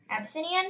Abyssinian